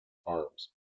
farms